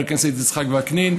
חבר הכנסת יצחק וקנין,